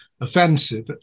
offensive